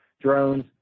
drones